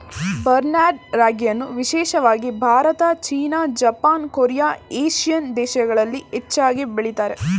barnyard ರಾಗಿಯನ್ನು ವಿಶೇಷವಾಗಿ ಭಾರತ, ಚೀನಾ, ಜಪಾನ್, ಕೊರಿಯಾ, ಏಷಿಯನ್ ದೇಶಗಳಲ್ಲಿ ಹೆಚ್ಚಾಗಿ ಬೆಳಿತಾರೆ